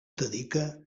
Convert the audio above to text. dedica